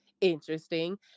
interesting